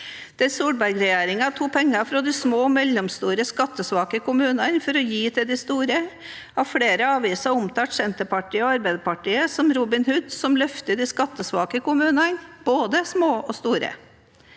Solberg-regjeringen tok penger fra de små og mellomstore skattesvake kommunene for å gi til de store, har flere aviser omtalt Senterpartiet og Arbeiderpartiet som Robin Hood, som løfter de skattesvake kommunene, både små og store.